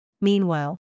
Meanwhile